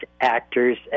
actors